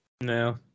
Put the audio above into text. No